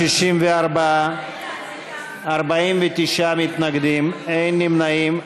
64, 49 מתנגדים, אין נמנעים.